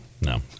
No